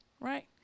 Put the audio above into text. right